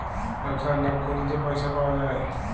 ব্যবসায় লাভ ক্যইরে যে পইসা পাউয়া যায়